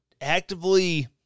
actively